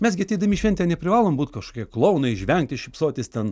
mes gi ateidami į šventę neprivalom būt kažkokie klounai žvengti šypsotis ten